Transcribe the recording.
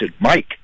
Mike